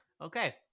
Okay